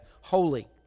holy